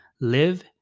live